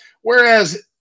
whereas